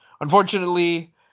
unfortunately